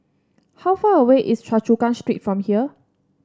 how far away is Choa Chu Kang Street from here